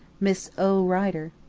miss o. rider